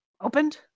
opened